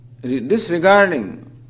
Disregarding